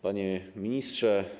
Panie Ministrze!